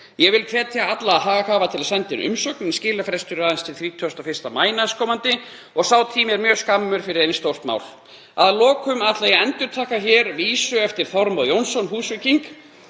Ég vil hvetja alla haghafa til að senda inn umsögn en skilafrestur er aðeins til 31. maí nk. og sá tími er mjög skammur fyrir svo stórt mál. Að lokum ætla ég að endurtaka hér vísu eftir Þormóður Jónsson Húsvíking: